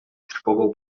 trwogą